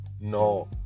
No